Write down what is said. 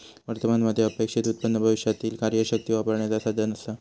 वर्तमान मध्ये अपेक्षित उत्पन्न भविष्यातीला कार्यशक्ती वापरण्याचा साधन असा